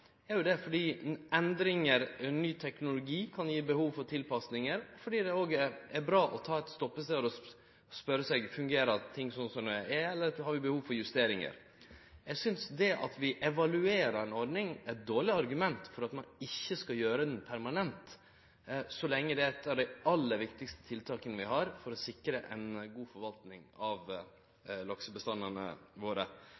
er jo det fordi endringar og ny teknologi kan gje behov for tilpassingar, fordi det er bra å stoppe opp og spørje seg om ting fungerer som dei er, eller om det er behov for justeringar. Eg synest det at vi evaluerer ei ordning er eit dårleg argument for at ein ikkje skal gjere ho permanent, så lenge det er eit av dei aller viktigaste tiltaka vi har for å sikre ein god forvalting av laksebestandane våre.